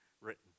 written